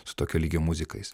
su tokio lygio muzikais